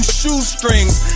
shoestrings